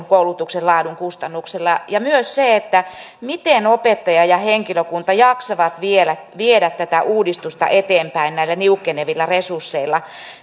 koulutuksen laadun kustannuksella ja myös se miten opettajat ja henkilökunta jaksavat viedä tätä uudistusta eteenpäin näillä niukkenevilla resursseilla